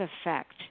effect